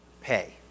pay